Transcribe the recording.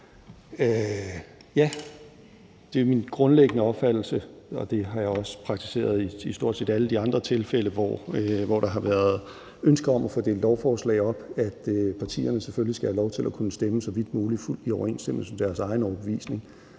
Ja, det er min grundlæggende opfattelse – og det har jeg også praktiseret i stort set alle de andre tilfælde, hvor der har været ønske om at få delt lovforslag op – at partierne selvfølgelig skal have lov til at kunne stemme så vidt muligt fuldt i overensstemmelse med deres egen overbevisning.